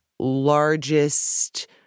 largest